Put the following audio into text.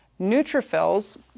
Neutrophils